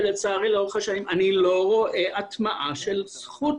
ולצערי לאורך השנים אני לא רואה הטמעה של זכות